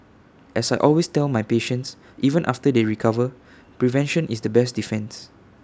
as I always tell my patients even after they recover prevention is the best defence